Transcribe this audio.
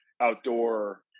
outdoor